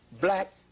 black